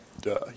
Duh